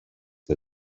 que